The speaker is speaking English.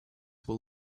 will